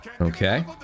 Okay